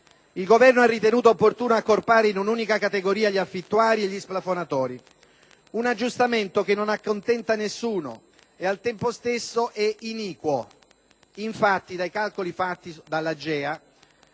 Il Governo ha ritenuto opportuno accorpare in unica categoria gli affittuari e gli splafonatori. Un aggiustamento che non accontenta nessuno ed è, al tempo stesso, iniquo. Infatti, dai risultati dei